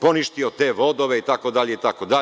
poništio te vodove, itd.